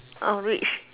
I'll reach